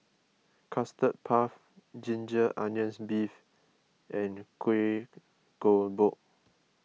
Custard Puff Ginger Onions Beef and Kueh Kodok